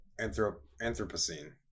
Anthropocene